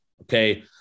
Okay